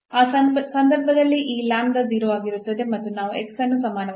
ಆ ಸಂದರ್ಭದಲ್ಲಿ ಈ 0 ಆಗಿರುತ್ತದೆ ಮತ್ತು ನಾವು ಅನ್ನು ಸಮಾನವಾಗಿ ಹೊಂದಿರುವಾಗ